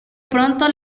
pronto